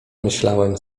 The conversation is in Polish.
myślałem